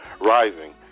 rising